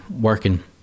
working